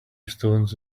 stones